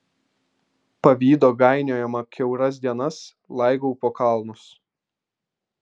pavydo gainiojama kiauras dienas laigau po kalnus